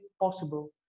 possible